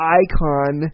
icon